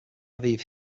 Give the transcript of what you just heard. aviv